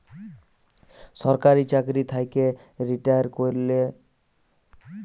সরকারি চাকরি থ্যাইকে রিটায়ার ক্যইরে পেলসল পায়